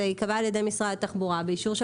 זה ייקבע על ידי משרד התחבורה באישור של